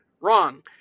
Wrong